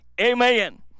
amen